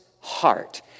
heart